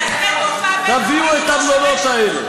תביאו את המלונות האלה.